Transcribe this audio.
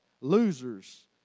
Losers